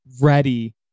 ready